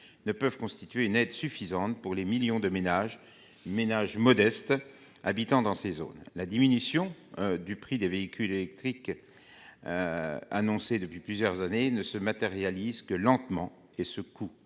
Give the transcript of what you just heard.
ne peuvent constituer une aide suffisante pour les millions de ménages modestes concernés. La diminution du prix des véhicules électriques, annoncée depuis plusieurs années, ne se matérialise que lentement ; or ce